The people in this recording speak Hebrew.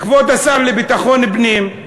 כבוד השר לביטחון הפנים,